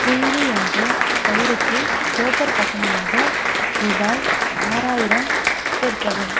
குயிலி என்ற பெயருக்கு ப்ரோக்கர் கட்டணமாக ரூபாய் ஆறாயிரம் சேர்க்கவும்